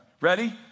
Ready